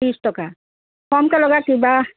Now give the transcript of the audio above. ত্ৰিছ টকা কমকৈ লগাওক কিবা